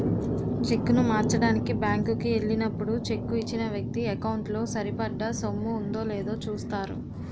చెక్కును మార్చడానికి బ్యాంకు కి ఎల్లినప్పుడు చెక్కు ఇచ్చిన వ్యక్తి ఎకౌంటు లో సరిపడా సొమ్ము ఉందో లేదో చూస్తారు